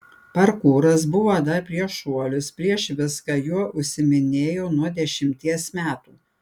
parkūras buvo dar prieš šuolius prieš viską juo užsiiminėjau nuo dešimties metų